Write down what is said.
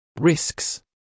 Risks